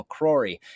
McCrory